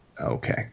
Okay